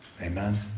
Amen